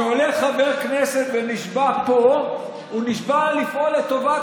כשעולה חבר כנסת ונשבע פה הוא נשבע לפעול לטובת